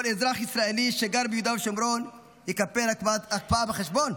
כל אזרח ישראלי שגר ביהודה ושומרון יקבל הקפאת החשבון?